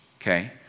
Okay